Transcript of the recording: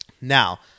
now